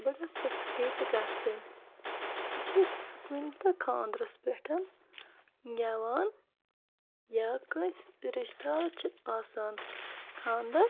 بہٕ گٔژھٕس ہِٹ گَژھٕنۍ بہٕ چھَس کُنتہٕ خاندرَس پیٚٹھ گیٚوان یا کٲنٛسہِ تہِ رِشہٕ دارَس چھ آسان خاندَر